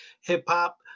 hip-hop